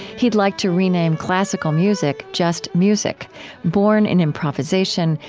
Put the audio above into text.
he'd like to rename classical music just music born in improvisation,